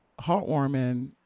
heartwarming